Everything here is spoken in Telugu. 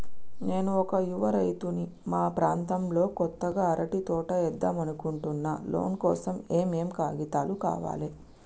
నేను ఒక యువ రైతుని మా ప్రాంతంలో కొత్తగా అరటి తోట ఏద్దం అనుకుంటున్నా లోన్ కోసం ఏం ఏం కాగితాలు కావాలే?